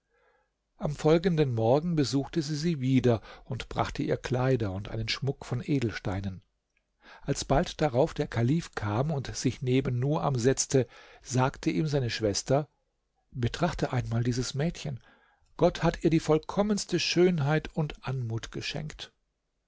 am folgenden morgen besuchte sie sie wieder und brachte ihr kleider und einen schmuck von edelsteinen als bald darauf der kalif kam und sich neben nuam setzte sagte ihm seine schwester betrachte einmal dieses mädchen gott hat ihr die vollkommenste schönheit und anmut geschenkt